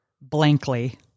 blankly